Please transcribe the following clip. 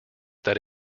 that